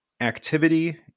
activity